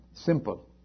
Simple